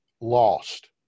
Lost